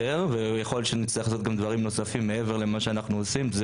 ויכול להיות שנצטרך גם לעשות דברים נוספים מעבר למה שאנחנו עושים,